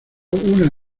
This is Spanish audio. una